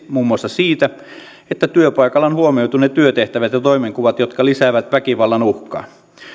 muun muassa siitä että työpaikalla on huomioitu ne työtehtävät ja toimenkuvat jotka lisäävät väkivallan uhkaa